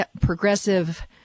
progressive